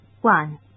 One